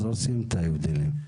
אז עושים את ההבדלים.